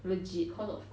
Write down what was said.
legit